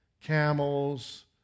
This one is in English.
camels